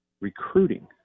recruiting